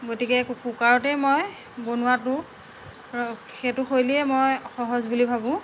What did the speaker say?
গতিকে কুকাৰতেই মই বনোৱাটো সেইটো শৈলীয়ে মই সহজ বুলি ভাবোঁ